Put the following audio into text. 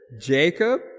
Jacob